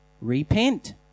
repent